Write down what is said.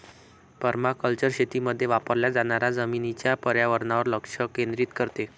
permaculture शेतीमध्ये वापरल्या जाणाऱ्या जमिनीच्या पर्यावरणावर लक्ष केंद्रित करते